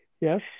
Yes